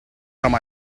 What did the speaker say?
time